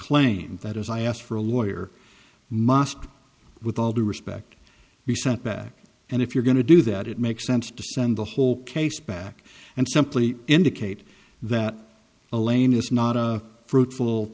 claim that is i asked for a lawyer must with all due respect be sent back and if you're going to do that it makes sense to send the whole case back and simply indicate that elaine is not a fruitful